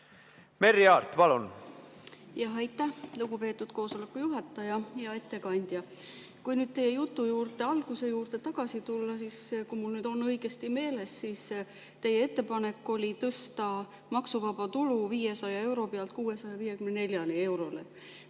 läheb nulli? Aitäh, lugupeetud koosoleku juhataja! Hea ettekandja! Kui nüüd teie jutu alguse juurde tagasi tulla, siis kui mul on õigesti meeles, teie ettepanek oli tõsta maksuvaba tulu 500 euro pealt 654 eurole.